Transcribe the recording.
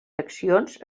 accions